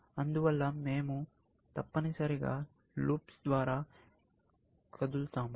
అందువల్ల మేము తప్పనిసరిగా లూప్స్ ద్వారా కదులుతాము